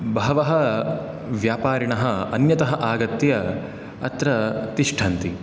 बहवः व्यापारिणः अन्यतः आगत्य अत्र तिष्ठन्ति